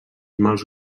mals